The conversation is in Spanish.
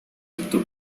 optó